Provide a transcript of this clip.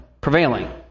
prevailing